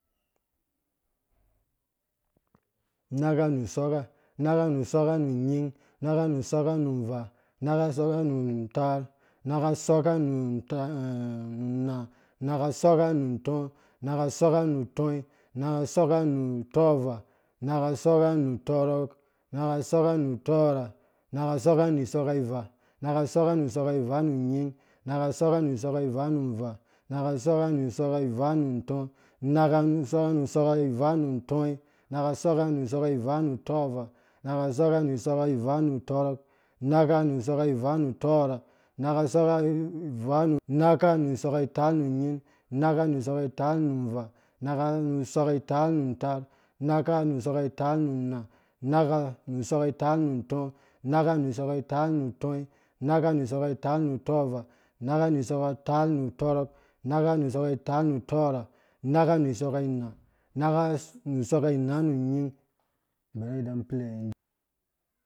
Unnakka nu usɔkka unakka nu sɔkka mu nying umakka nu sɔkka nu nuaa, nakka sɔkka nu ntaara, nakka sɔkka nu utaa nu una, nakka sɔkka nu ntɔɔ, nakka sɔkka a nu tɔi nakka sɔkka nu utɔɔvaa, nakka sɔkke nu utɔrɔk, nukka sɔkka nu utɔɔrha nakka sɔkka ivaa, unakka sɔkka nu isɔkka aivaa nu nying, unakka sɔkka nu isɔkka aivaa nu nvaa, unakka sɔkka nu isɔkka aivaa nuntaar, unakka sɔkka nu isɔkka aiva nu nna, unakka sɔkka nu isɔkka ivaa nu ntɔɔ, unakka sɔkka nu isɔkka aivaa nu utɔi unakkka sɔkka nu isɔkka ivaa nu utɔɔvaa unakka sukka nu ɨsɔkka ivaa nu utɔɔrha unakka mu isɔkka itaar nu nying, unakka nu isɔkka itaar nu nvaa, unakka nu isɔkka itaar nu nna, unakka nu isɔkka itaar nu untɔɔ, unakka nu isɔkka itaar nu utɔi, unakka nu isɔkka itaar utɔɔva, unakka nu isɔkka itaar nu utɔrɔk unakka nu isɔkka ina, unekka nu isɔkkaina nu nying